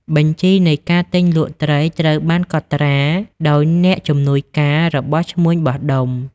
បញ្ជីនៃការទិញលក់ត្រីត្រូវបានកត់ត្រាដោយអ្នកជំនួយការរបស់ឈ្មួញបោះដុំ។